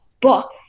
book